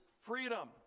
freedom